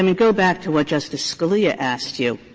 um and go back to what justice scalia asked you,